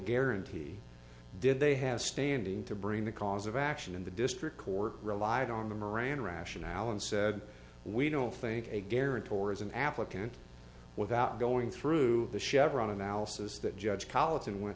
guarantee did they have standing to bring the cause of action in the district court relied on the miranda rationale and said we don't think a guarantor is an applicant without going through the chevron analysis that judge collets and went